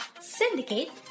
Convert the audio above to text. syndicate